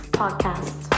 podcast